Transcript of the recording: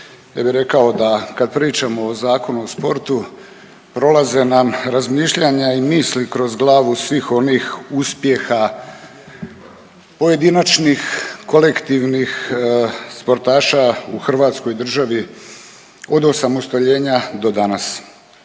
bih rekao kad pričamo o Zakonu o sportu prolaze nam razmišljanja i misli kroz glavu svih onih pojedinačnih, kolektivnih sportaša u Hrvatskoj državi od osamostaljenja do danas.